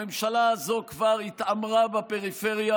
הממשלה הזאת כבר התעמרה בפריפריה,